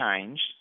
changed